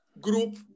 group